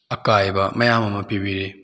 ꯑꯀꯥꯏꯕ ꯃꯌꯥꯝ ꯑꯃ ꯄꯤꯕꯤꯔꯤ